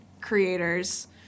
creators